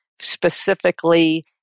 specifically